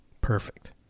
Perfect